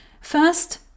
First